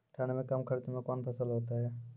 ठंड मे कम खर्च मे कौन फसल होते हैं?